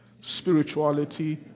Spirituality